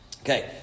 Okay